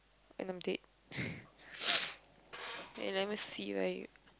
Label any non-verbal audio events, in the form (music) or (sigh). and I'm dead (breath) (noise) k let me see where you